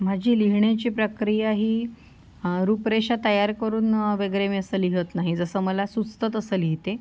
माझी लिहिण्याची प्रक्रिया ही रूपरेषा तयार करून वगैरे मी असं लिहीत नाही जसं मला सुचतं तसं लिहिते